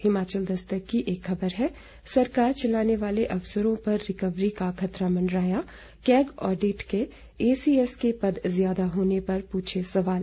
हिमाचल दस्तक की एक खबर है सरकार चलाने वाले अफसरों पर रिकवरी का खतरा मंडराया कैग ऑडिट ने एसीएस के पद ज्यादा होने पर पूछे सवाल